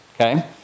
okay